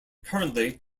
currently